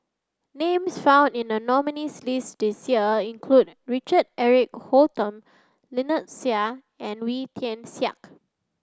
names found in the nominees' list this year include Richard Eric Holttum Lynnette Seah and Wee Tian Siak